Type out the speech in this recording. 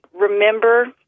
remember